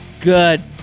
good